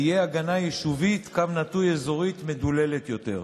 תהיה הגנה יישובית/אזורית מדוללת יותר.